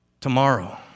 Tomorrow